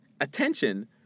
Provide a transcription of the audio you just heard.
Attention